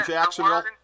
Jacksonville